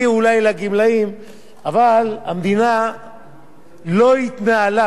אבל המדינה לא התנהלה באופן תקין,